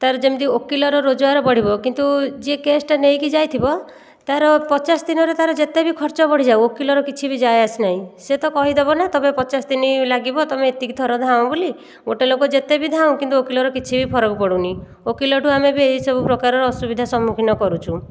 ତାର ଯେମିତି ଓକିଲର ରୋଜଗାର ବଢ଼ିବ କିନ୍ତୁ ଯିଏ କେସ୍ଟା ନେଇକି ଯାଇଥିବ ତାର ପଚାଶ ଦିନରେ ତାର ଯେତେବି ଖର୍ଚ୍ଚ ବଢ଼ିଯାଉ ଓକିଲର କିଛି ବି ଯାଏ ଆସ ନାହିଁ ସେ ତ କହିଦେବ ନା ତୁମେ ପଚାଶ ଦିନ ଲାଗିବ ତୁମେ ଏତିକି ଥର ଧାଅଁ ବୋଲି ଗୋଟିଏ ଲୋକ ଯେତେବି ଧାଉଁ କିନ୍ତୁ ଓକିଲର କିଛି ବି ଫରକ ପଡ଼ୁନି ଓକିଲ ଠାରୁ ଆମେ ବି ଏହିସବୁ ପ୍ରକାର ଅସୁବିଧା ସମ୍ମୁଖୀନ କରୁଛୁ